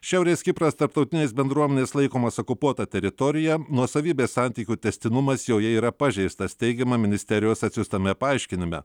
šiaurės kipras tarptautinės bendruomenės laikomas okupuota teritorija nuosavybės santykių tęstinumas joje yra pažeistas teigiama ministerijos atsiųstame paaiškinime